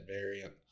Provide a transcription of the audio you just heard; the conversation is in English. variant